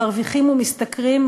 מרוויחים ומשתכרים,